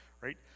right